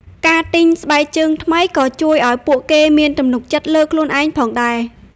ការទិញស្បែកជើងថ្មីក៏ជួយឱ្យពួកគេមានទំនុកចិត្តលើខ្លួនឯងផងដែរ។